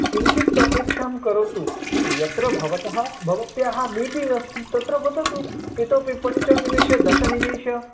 किञ्चित्तु अपेक्षां करोतु यत्र भवतः भवत्याः मीटिङ्ग् अस्ति तत्र वदतु इतोऽपि पञ्चनिमेष दशनिमेष